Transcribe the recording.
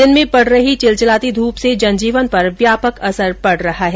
दिन में पड़ रही चिलचिलाती ध्रप से जनजीवन पर व्यापक असर पड़ रहा है